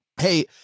Hey